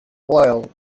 bole